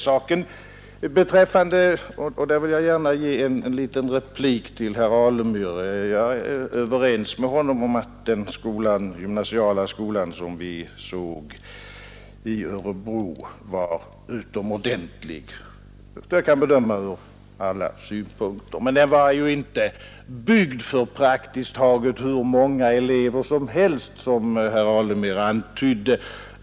Sedan vill jag gärna säga till herr Alemyr att jag håller med honom om att den gymnasieskola som vi besåg i Örebro var utomordentlig ur alla synpunkter, såvitt jag kan bedöma. Men den var inte byggd för praktiskt taget hur många elever som helst, som herr Alemyr antydde.